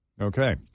Okay